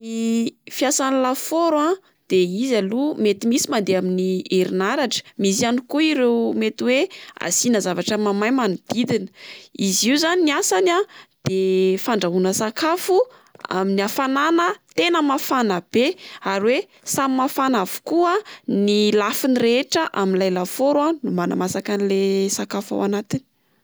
Ny fiasan'ny lafaoro a de izy aloha mety misy mandeha amin'ny herin'aratra, misy ihany koa ireo mety oe asiana zavatra mahamay manodidina. Izy io zany ny asany a de fandrahoana sakafo amin'ny hafanana tena mafana be ary oe samy mafana avokoa ny lafiny rehetra amin'ilay lafaoro a manamasaka an' le sakafo ao anatiny.